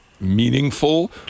meaningful